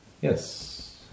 Yes